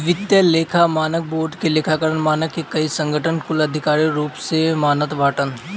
वित्तीय लेखा मानक बोर्ड के लेखांकन मानक के कई संगठन कुल आधिकारिक रूप से मानत बाटन